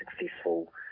successful